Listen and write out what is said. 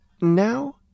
now